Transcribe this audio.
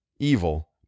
evil